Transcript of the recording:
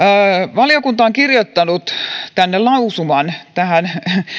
valiokunta on kirjoittanut lausuman tähän